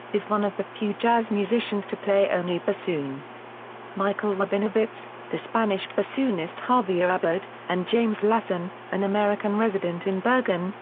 is one of the few jazz musicians to play only bassoon michael rabinowitz, the spanish bassoonist javier abad, and james lassen, an american resident in bergen,